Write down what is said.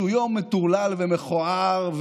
שהוא יום מטורלל ומכוער,